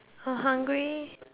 I'm hungry